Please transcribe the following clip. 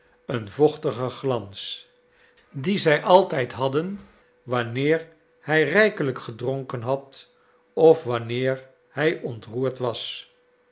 een vochtigen glans dien zij altijd hadden wanneer hij rijkelijk gedronken had of wanneer hij ontroerd was